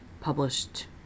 published